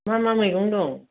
मा मा मैगं दं